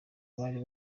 bari